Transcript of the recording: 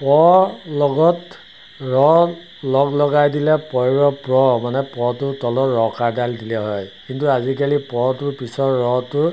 প লগত ৰ লগ লগাই দিলে পএ ৰএ প্ৰ মানে পটোৰ তলত ৰকাৰডাল দিলে হয় কিন্তু আজিকালি পটোৰ পিছৰ ৰটোৰ